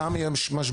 לא.